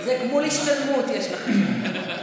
גמול השתלמות יש לכם.